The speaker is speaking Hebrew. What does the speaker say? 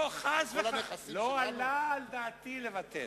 לא, חס וחלילה, לא עלה על דעתי לבטל.